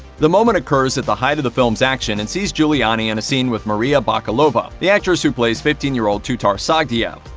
the moment occurs at the height of the film's action, and sees giuliani in a scene with maria bakalova, the actress who plays fifteen year old tutar sagdiyev.